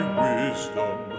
wisdom